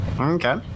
Okay